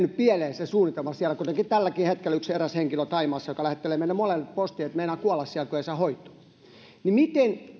pieleen suunnitelma siellä kuten tälläkin hetkellä thaimaassa eräällä henkilöllä joka lähettelee meille monelle postia että meinaa kuolla siellä kun ei saa hoitoa niin miten näiden terrorismiin